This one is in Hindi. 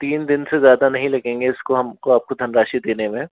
तीन दिन से ज्यादा नहीं लगेंगे इसको हमको आपको धन राशि देने में